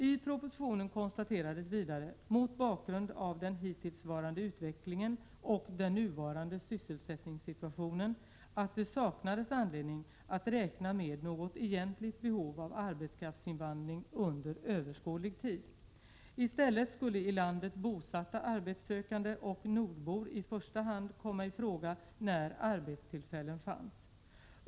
I propositionen konstaterades vidare — mot bakgrund av den hittillsvarande utvecklingen och den nuvarande sysselsättningssituationen — att det saknades anledning att räkna med något egentligt behov av arbetskraftsinvandring under överskådlig tid. I stället skulle i landet bosatta arbetssökande och nordbor i första hand komma i fråga när arbetstillfällen fanns.